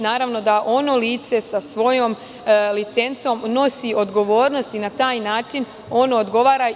Naravno, da ono lice sa svojom licencom nosi odgovornost i na taj način ono odgovara.